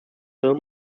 film